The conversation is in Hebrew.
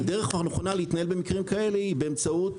דרך הנכונה להתנהל במקרים כאלה היא באמצעות